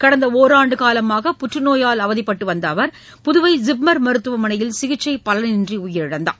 கடந்த ஓராண்டு காலமாக புற்றுநோயால் அவதிப்பட்டு வந்த அவர் புதுவை ஜிப்மர் மருத்துவமனையில் சிகிச்சை பலனின்றி உயிரிழந்தார்